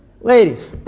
ladies